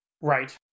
Right